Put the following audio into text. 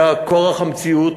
היה כורח המציאות,